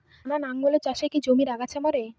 টানা লাঙ্গলের চাষে কি জমির আগাছা মরে?